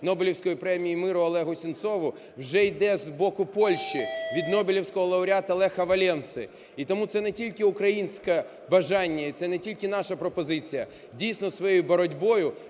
Нобелівської премії миру Олегу Сенцову вже йде з боку Польщі від Нобелівського лауреата Леха Валенси, і тому це не тільки українське бажання, і це не тільки наша пропозиція. Дійсно, своєю боротьбою